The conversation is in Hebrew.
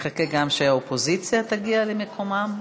נחכה גם שהאופוזיציה תגיע למקומה.